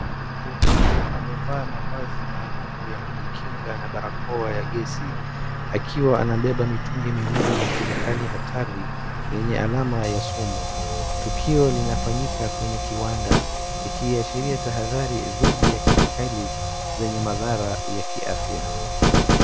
Mtu huyu amevaa mavazi maalumu ya kujikinga na barakoa ya gesi akiwa anabeba mitungi miwili ya kemikali hatari yenye alama ya somo. Tukio linafanyika kwenye kiwanda, ikiashiria tahadhari dhidi ya kemikali zenye madhara ya kiafya.